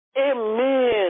amen